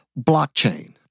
blockchain